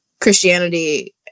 Christianity